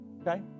okay